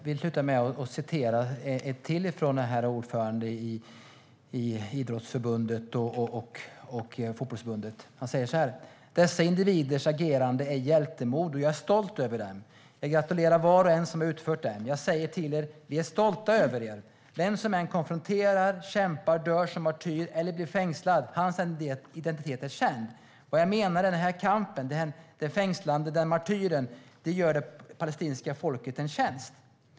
Herr talman! Jag vill avsluta med att igen återge vad ordföranden i idrottsförbundet och fotbollsförbundet säger. Han säger så här: Dessa individers agerande är hjältemod, och jag är stolt över dem. Jag gratulerar var och en som utfört dem. Jag säger till er: Vi är stolta över er. Vem som än konfronteras, kämpar, dör som martyr eller blir fängslad, hans identitet är känd. Vad jag menar är att den här kampen, det här fängslandet och martyrskapet gör det palestinska folket en tjänst.